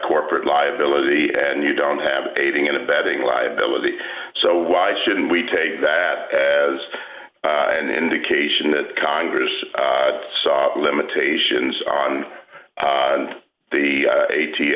corporate liability and you don't have aiding and abetting liability so why shouldn't we take that as an indication that congress saw limitations on the